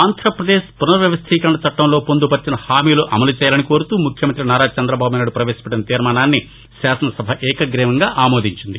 ఆంధ్రప్రదేశ్ పునర్ వ్యవస్లీకరణ చట్లంలో పొందుపర్చిన హామీలు అమలుచేయాలని కోరుతూ ముఖ్యమంత్రి నారా చంద్రబాబునాయుడు పవేశపెట్టిన తీర్మానాన్ని శాసనసభ ఏకగ్రీవంగా ఆమోదించింది